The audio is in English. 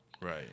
Right